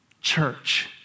Church